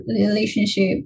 relationship